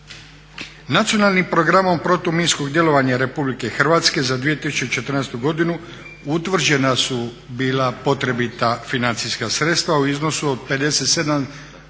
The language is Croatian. Nacionalnim programom protuminskog djelovanja RH za 2014.godinu utvrđena su bila potrebita financijska sredstva u iznosu od 57,2